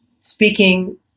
Speaking